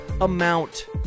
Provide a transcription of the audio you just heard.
amount